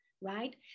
right